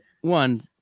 One